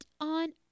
on